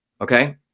okay